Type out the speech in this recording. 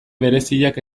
bereziak